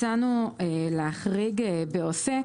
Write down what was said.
הצענו להחריג בעוסק,